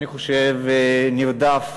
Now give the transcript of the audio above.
אני חושב, נרדף